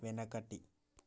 వెనకటి